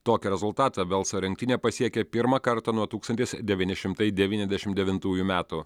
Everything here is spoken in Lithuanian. tokio rezultato velso rinktinė pasiekė pirmą kartą nuo tūkstantis devyni šimtai devyniasdešimt devintųjų metų